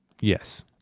Yes